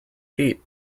feet